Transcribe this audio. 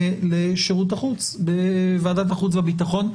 לשירות החוץ של ועדת החוץ והביטחון.